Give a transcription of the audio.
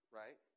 right